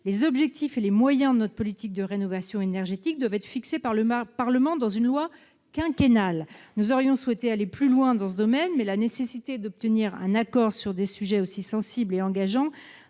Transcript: les objectifs et les moyens de notre politique de rénovation énergétique devaient être fixés par le Parlement dans une loi quinquennale. Nous aurions souhaité aller plus loin dans ce domaine, mais la nécessité d'obtenir un accord sur des sujets aussi sensibles et engageants